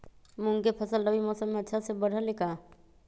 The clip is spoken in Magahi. मूंग के फसल रबी मौसम में अच्छा से बढ़ ले का?